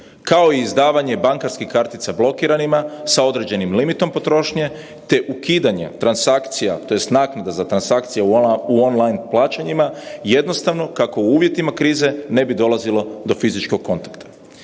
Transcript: kao i izdavanje bankarskih kartica blokiranima s određenim limitom potrošnje te ukidanje transakcija tj. naknada za transakcije u online plaćanjima jednostavno kako u uvjetima krize ne bi dolazilo do fizičkog kontakta.